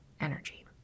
energy